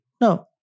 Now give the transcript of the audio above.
No